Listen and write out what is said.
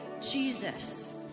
Jesus